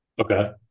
okay